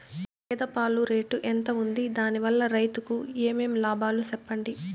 గేదె పాలు రేటు ఎంత వుంది? దాని వల్ల రైతుకు ఏమేం లాభాలు సెప్పండి?